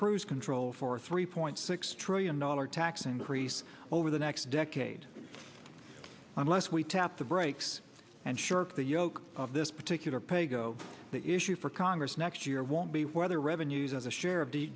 cruise control for three point six trillion dollars tax increase over the next decade unless we tap the brakes and short the yoke of this particular paygo the issue for congress next year won't be whether revenues as a share of the